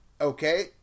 Okay